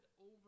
over